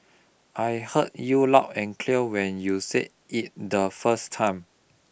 I heard you loud and clear when you said it the first time